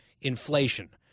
inflation